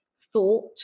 thought